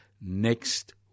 next